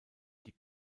die